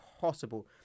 possible